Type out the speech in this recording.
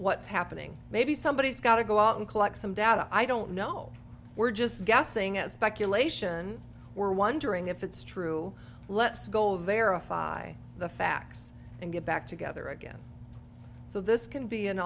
what's happening maybe somebody has got to go out and collect some data i don't know we're just guessing at speculation we're wondering if it's true let's go verify the facts and get back together again so this can be an